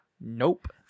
Nope